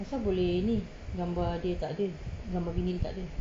asal boleh ni gambar dia takde gambar bini dia takde